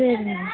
சரிங்க மேம்